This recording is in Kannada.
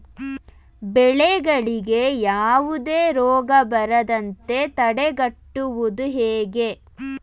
ಬೆಳೆಗಳಿಗೆ ಯಾವುದೇ ರೋಗ ಬರದಂತೆ ತಡೆಗಟ್ಟುವುದು ಹೇಗೆ?